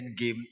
endgame